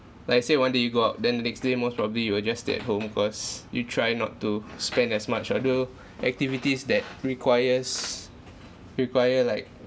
like I say one day you go out then the next day most probably you will just stay at home cause you try not to spend as much on the activities that requires require like